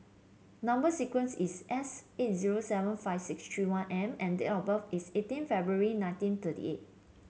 number sequence is S eight zero seven five six three one M and date of birth is eighteen February nineteen thirty eight